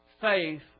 faith